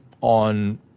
on